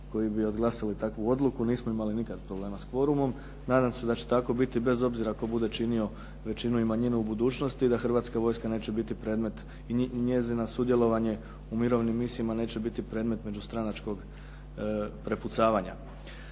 koji bi odglasali takvu odluku. Nismo imali nikada problema s kvorumom, nadam se da će tako biti bez obzira tko bude činio većinu i manjinu u budućnosti i da Hrvatska vojska neće biti predmet i njezino sudjelovanje u mirovnim misijama, neće biti predmet međustranačkog prepucavanja.